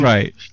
Right